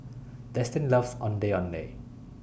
Destin loves Ondeh Ondeh